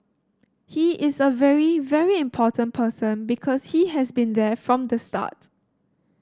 he is a very very important person because he has been there from the start